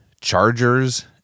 Chargers